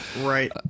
Right